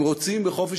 הם רוצים בחופש